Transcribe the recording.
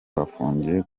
bafungiye